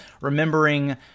Remembering